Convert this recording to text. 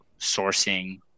sourcing